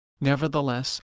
Nevertheless